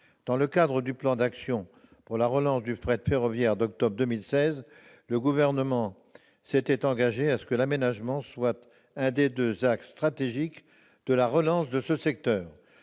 Dans le cadre du plan d'action pour la relance du fret ferroviaire d'octobre 2016, le Gouvernement s'était engagé à ce que l'aménagement soit l'un des deux axes stratégiques de la relance de ce secteur.